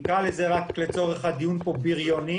נקרא לזה לצורך הדיון בריונים.